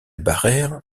barère